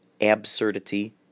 absurdity